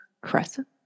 crescent